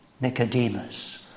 Nicodemus